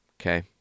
okay